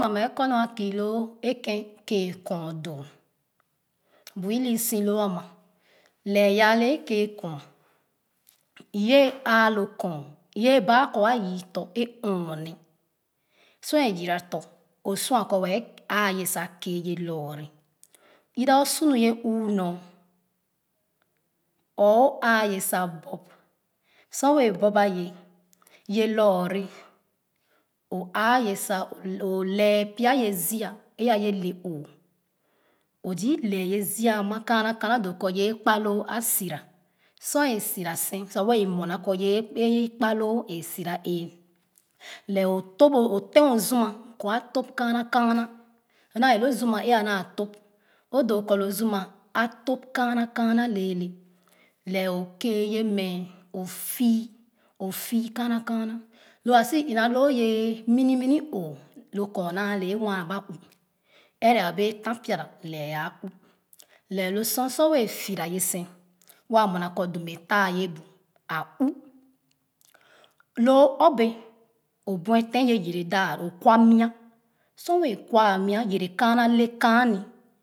Kpa mɛ kɔ nu a kii cool e ken kɔɔn doo bu uloo so loo ama lɛɛ yaa lɛ kèè kɔɔn oyee aa lo kɔɔn oyee baa kɔ a yii tɔ e-ɔɔne sor e yora dɔ o sua kɔ waa aa ye sa kee ye lɔɔre eithet o su nu ye uunar or o aaye sa bop sor wɛɛ bop ba ye ye lɔɔre o aa ye sa o lɛɛ pya ye ziia e-ayee le oo zii lɛ ye ziia ama kaana kaana doo kɔ ye kpaloo a sira sor e-sira sen sa o muɛ naa kɔ ye kpaloo e sora ee lɛ o teh o zima kɔ atop kaama kaama naa ele loo zima ẽ naa tap o doo kɔ lo zima a tõp top kaama kaama lɛɛra lɛh o kèè ye mɛ o fii o fii kaama kaana lo a sii ina loo ye minuminu oo lo kɔɔn naale waa ba u ɛra a wɛɛ tan pira lɛ aa u lɛɛ lo sor sor wɛɛ fii ra ye sen wa nuɛ la kɔ dum e taa ye bu a u loo ɔp bee o buefen ye yere efee hi o kwa nwa sor wɛɛ kwa mia yere nee kaana le kaanu.